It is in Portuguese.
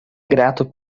grato